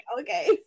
Okay